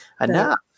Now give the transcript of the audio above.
enough